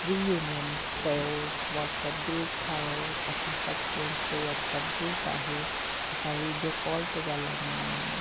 reunion कयो WhatsApp group ठाहियो असां सभु फ्रैंड्स जो वॉट्सप ग्रुप आहे असां वीडियो कॉल ते ॻाल्हाईंदा आहियूं